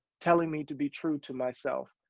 telling me to be true to myself,